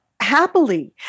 Happily